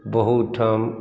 बहुत ठाम